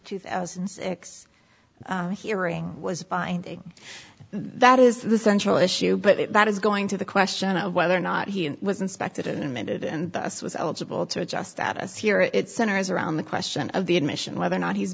two thousand and six hearing was binding that is the central issue but that is going to the question of whether or not he was inspected and amended and thus was eligible to adjust status here it centers around the question of the admission whether or not he's